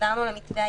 חזרנו למתווה הישן.